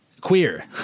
queer